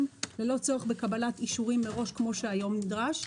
ללא צורך בקבלת אישורים מראש כפי שהיום נדרש.